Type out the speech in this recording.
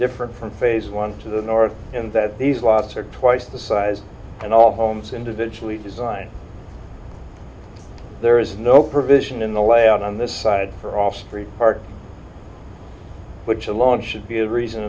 different from phase one to the north in that these lots are twice the size and all homes individually designed there is no provision in the layout on this side for all street park which alone should be reason